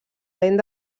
lent